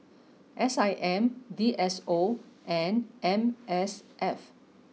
S I M D S O and M S F